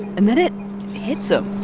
and then it hits him